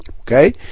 Okay